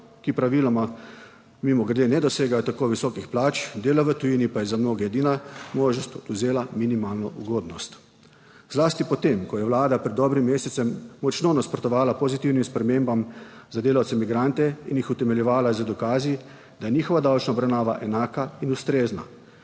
ki praviloma mimogrede ne dosegajo tako visokih plač, dela v tujini pa je za mnoge edina možnost, odvzela minimalno ugodnost. Zlasti po tem, ko je Vlada pred dobrim mesecem močno **16. TRAK: (DAG) - 10.15** (nadaljevanje) nasprotovala pozitivnim spremembam za delavce migrante in jih utemeljevala z dokazi, da je njihova davčna obravnava enaka in ustrezna,